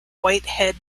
whitehead